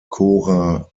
cora